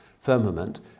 firmament